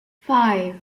five